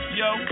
yo